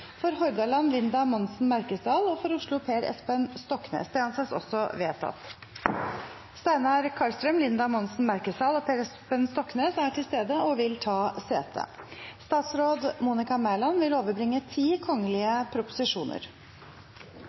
For Hordaland: Linda Monsen Merkesdal For Oslo: Per Espen Stoknes Steinar Karlstrøm, Linda Monsen Merkesdal og Per Espen Stoknes er til stede og vil ta sete. Representanten Nicholas Wilkinson vil